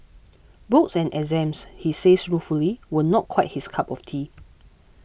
books and exams he says ruefully were not quite his cup of tea